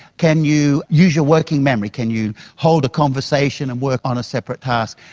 can you use your working memory, can you hold a conversation and work on a separate task?